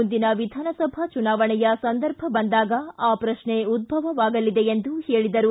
ಮುಂದಿನ ವಿಧಾನಸಭಾ ಚುನಾವಣೆಯ ಸಂದರ್ಭ ಬಂದಾಗ ಆ ಪ್ರಶ್ನೆ ಉದ್ಲವವಾಗಲಿದೆ ಎಂದು ಹೇಳಿದರು